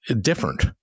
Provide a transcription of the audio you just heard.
different